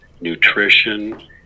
nutrition